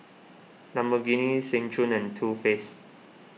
Lamborghini Seng Choon and Too Faced